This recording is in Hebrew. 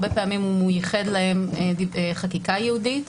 הרבה פעמים הוא ייחד להם חקיקה ייעודית,